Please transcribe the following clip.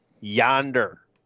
yonder